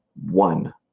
one